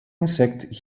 insect